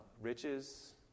riches